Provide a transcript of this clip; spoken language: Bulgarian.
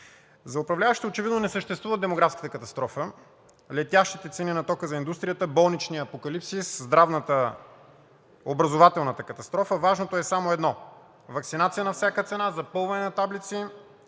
За управляващите очевидно не съществува демографската катастрофа, летящите цени на тока за индустрията, болничният апокалипсис, образователната катастрофа, важното е само едно – ваксинация на всяка цена, запълване на таблици,